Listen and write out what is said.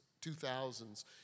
2000s